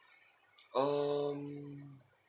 um